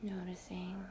Noticing